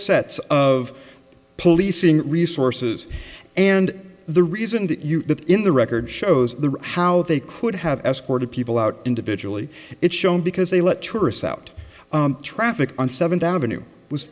sets of policing resources and the reason that you that in the record shows how they could have escorted people out individually it's shown because they let tourists out traffic on seventh avenue was